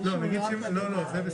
אתה גם מבקש כסף וגם אומר שלא אכפת